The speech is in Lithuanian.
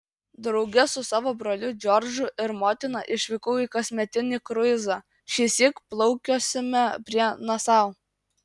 drauge su savo broliu džordžu ir motina išvykau į kasmetinį kruizą šįsyk plaukiosime prie nasau